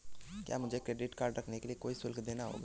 क्या मुझे credit card रखने के लिए कोई शुल्क देना होगा?